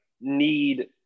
need